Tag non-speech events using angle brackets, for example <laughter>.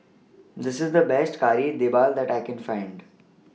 <noise> This IS The Best Kari Debal that I Can Find